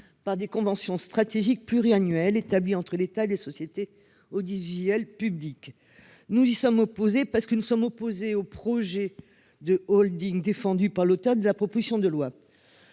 Par des conventions stratégique pluriannuel établi entre l'État et les sociétés. Public, nous y sommes opposés parce que nous sommes opposés au projet de Holding défendue par l'auteur de la proposition de loi.